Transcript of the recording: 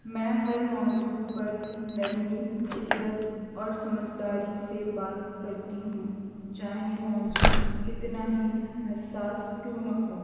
میں ہر موضوع پر نرمی عزت اور سمجھداری سے بات کرتی ہوں چاہے موضوع کتنا ہی حساس کیوں نہ ہو